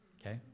Okay